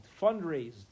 fundraised